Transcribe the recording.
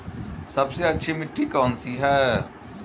सबसे अच्छी मिट्टी कौन सी है?